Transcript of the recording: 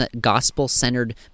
gospel-centered